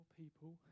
people